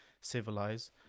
civilize